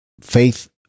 faith